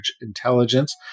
intelligence